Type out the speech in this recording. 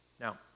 Now